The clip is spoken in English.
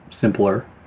simpler